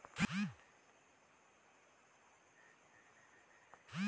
पूजा पाठ, मठ मंदिर, घर दुवार सजाए बर, भेंट करे बर फूल के बिकट महत्ता हे